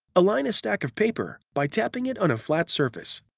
align a stack of paper by tapping it on a flat surface.